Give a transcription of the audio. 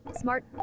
Smart